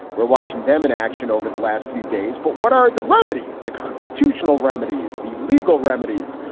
we're watching them in action over the last few days. but what are the remedies, the constitutional remedies, the legal remedies?